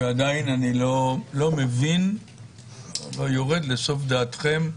עדיין אני לא יורד לסוף דעתכם,